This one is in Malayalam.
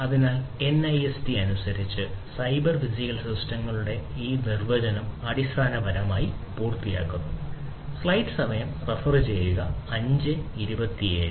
അതിനാൽ NIST അനുസരിച്ച് സൈബർ ഫിസിക്കൽ സിസ്റ്റങ്ങളുടെ ഈ നിർവചനം അടിസ്ഥാനപരമായി പൂർത്തിയാക്കുന്നു